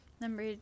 Number